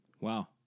Wow